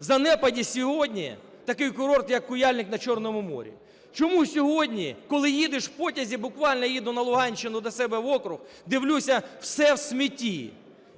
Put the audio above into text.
в занепаді сьогодні такий курорт, як Куяльник на Чорному морі? Чому сьогодні, коли їдеш в потязі, буквально їду на Луганщину до себе в округ, дивлюся: все в смітті.